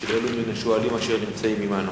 של אלו מן השואלים אשר נמצאים עמנו.